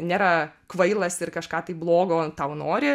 nėra kvailas ir kažką tai blogo tau nori